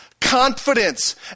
Confidence